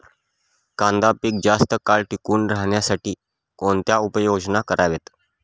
कांदा पीक जास्त काळ टिकून राहण्यासाठी कोणत्या उपाययोजना कराव्यात?